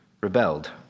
rebelled